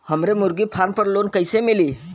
हमरे मुर्गी फार्म पर लोन कइसे मिली?